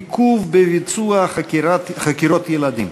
עיכוב בביצוע חקירות ילדים.